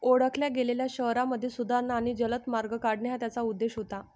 ओळखल्या गेलेल्या शहरांमध्ये सुधारणा आणि जलद मार्ग काढणे हा त्याचा उद्देश होता